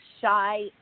shy